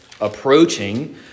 approaching